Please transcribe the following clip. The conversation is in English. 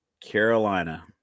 Carolina